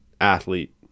athlete